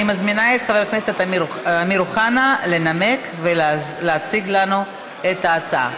אני מזמינה את חבר הכנסת אמיר אוחנה לנמק ולהציג לנו את ההצעה.